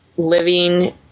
living